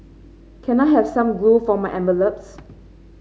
can I have some glue for my envelopes